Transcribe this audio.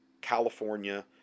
California